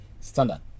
standard